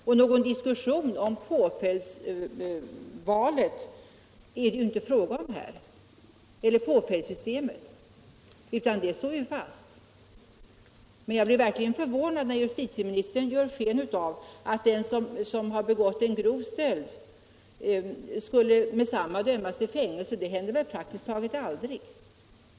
Och någon diskussion om påföljdssystemet ärdet Lo inte fråga om här, utan det står ju fast. Jag blev verkligen förvånad Ändring i brottsbalnär justitieministern gav sken av att den som begått en grov stöld skulle — ken dömas till fängelse med detsamma. Det händer praktiskt taget aldrig.